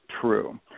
true